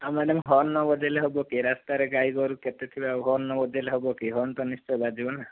ଆଉ madam horn ନ ବଜାଇଲେ ହେବ କି ରାସ୍ତାରେ ଗାଈଗୋରୁ କେତେ ଥିବେ ଆଉ ହର୍ନ ନ ବଜାଇଲେ ହେବ କି ହର୍ନ ତ ନିଶ୍ଚୟ ବାଜିବନା